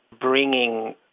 bringing